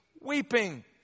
weeping